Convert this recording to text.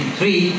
three